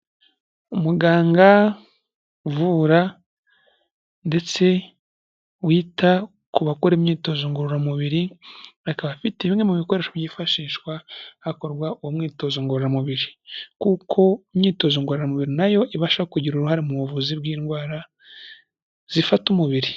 Umuganga uvura ndetse wita ku bakora imyitozo ngororamubiri, akaba afite bimwe mu bikoresho byifashishwa hakorwa uwo mwitozo ngororamubiri kuko imyitozo ngororamubiri na yo ibasha kugira uruhare mu buvuzi bw'indwara zifata umubiri.